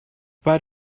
but